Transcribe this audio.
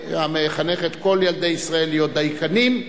המחנך את כל ילדי ישראל להיות דייקנים.